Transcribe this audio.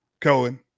Cohen